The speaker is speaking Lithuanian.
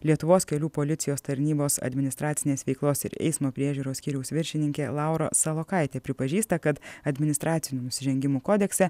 lietuvos kelių policijos tarnybos administracinės veiklos ir eismo priežiūros skyriaus viršininkė laura salokaitė pripažįsta kad administracinių nusižengimų kodekse